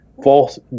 false